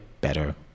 better